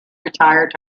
retired